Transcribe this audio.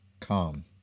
calm